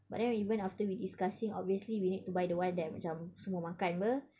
but then even after we discussing obviously we need to buy the one that macam semua makan [pe]